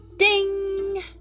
Ding